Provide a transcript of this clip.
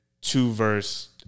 two-verse